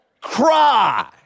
cry